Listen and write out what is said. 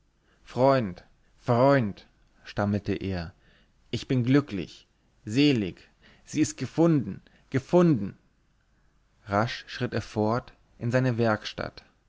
freund freund stammelte er ich bin glücklich selig sie ist gefunden gefunden rasch schritt er fort in seine werkstatt